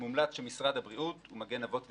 מומלץ שמשרד הבריאות ו"מגן אבות ואימהות"